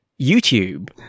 YouTube